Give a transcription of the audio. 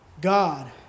God